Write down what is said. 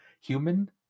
human